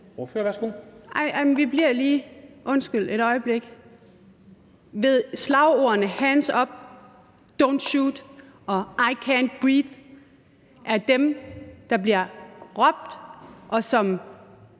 men vi bliver lige et øjeblik ved slagordene hands up, don't shoot og I can't breathe. Det er dem, der bliver råbt, og når